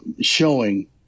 showing